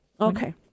Okay